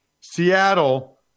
Seattle